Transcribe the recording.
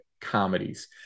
comedies